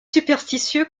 superstitieux